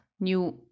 new